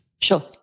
Sure